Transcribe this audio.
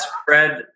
spread